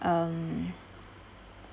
um